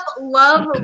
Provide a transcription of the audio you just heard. love